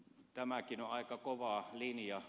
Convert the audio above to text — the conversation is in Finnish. tämäkin on aika kova linja